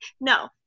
No